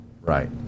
Right